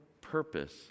purpose